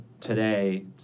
today